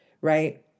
right